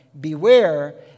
Beware